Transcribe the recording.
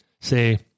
Say